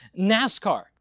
NASCAR